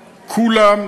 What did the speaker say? כולם,